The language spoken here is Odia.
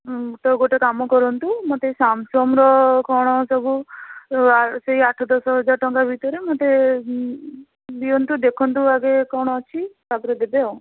ତ ଗୋଟେ କାମ କରନ୍ତୁ ମୋତେ ଏଇ ସାମସଙ୍ଗ୍ର କ'ଣ ସବୁ ସେଇ ଆଠ ଦଶ ହଜାର ଟଙ୍କା ଭିତରେ ମୋତେ ଦିଅନ୍ତୁ ଦେଖନ୍ତୁ ଆଗେ କ'ଣ ଅଛି ତାପରେ ଦେବେ ଆଉ